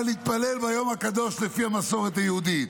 להתפלל ביום הקדוש לפי המסורת היהודית.